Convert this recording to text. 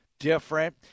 different